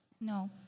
No